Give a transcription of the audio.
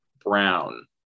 brown